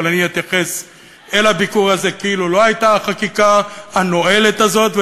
אבל אתייחס אל הביקור הזה כאילו לא הייתה החקיקה הנואלת הזאת,